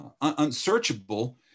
Unsearchable